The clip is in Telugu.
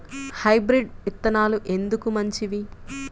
హైబ్రిడ్ విత్తనాలు ఎందుకు మంచివి?